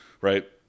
right